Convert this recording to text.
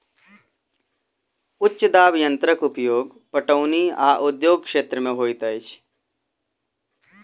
उच्च दाब यंत्रक उपयोग पटौनी आ उद्योग क्षेत्र में होइत अछि